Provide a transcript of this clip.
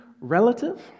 relative